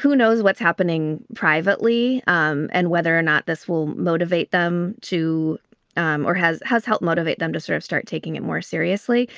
who knows what's happening privately um and whether or not this will motivate them to um or has has helped motivate them to sort of start taking it more seriously.